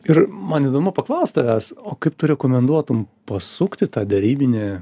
ir man įdomu paklaust tavęs o kaip tu rekomenduotum pasukti tą derybinį